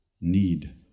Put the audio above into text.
need